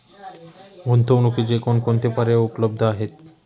गुंतवणुकीचे कोणकोणते पर्याय उपलब्ध आहेत?